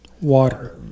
water